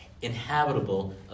inhabitable